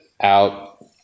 out